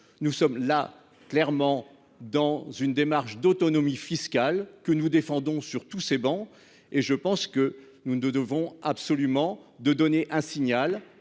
Nous sommes là clairement dans une démarche d'autonomie fiscale que nous défendons sur tous ces bancs. Et je pense que nous ne devons absolument de donner un signal